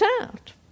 out